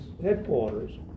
headquarters